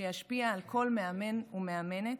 שישפיע על כל מאמן ומאמנת,